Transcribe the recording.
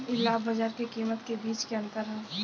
इ लाभ बाजार के कीमत के बीच के अंतर ह